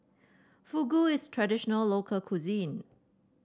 fugu is traditional local cuisine